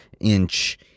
inch